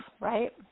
right